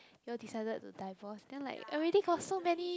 you all decided to divorce then like already got so many